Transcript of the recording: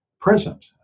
present